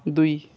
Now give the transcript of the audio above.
ଦୁଇ